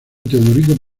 teodorico